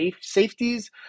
safeties